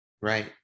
right